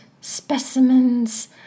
specimens